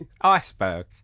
Iceberg